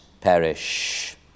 perish